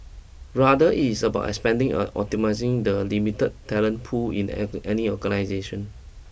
rather it is about expanding and optimising the limited talent pool in egg any organisation